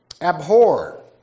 Abhor